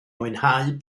mwynhau